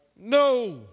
No